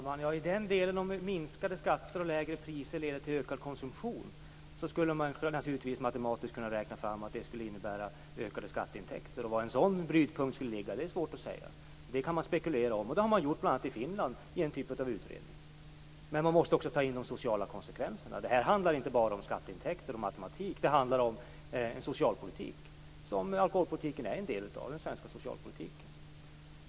Fru talman! Vad avser frågan om minskade skatter och lägre priser leder till ökad konsumtion vill jag säga att man naturligtvis matematiskt skulle kunna räkna fram att det skulle leda till ökade skatteintäkter. Var brytpunkten skulle ligga är svårt att säga. Det kan man spekulera om, och det har man gjort bl.a. i en typ av utredning i Finland. Men man måste också ta in de sociala konsekvenserna. Det handlar här inte bara om skatteintäkter och matematik utan också om socialpolitik. Alkoholpolitiken är del av den svenska socialpolitiken.